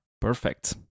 Perfect